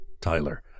Tyler